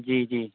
جی جی